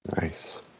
Nice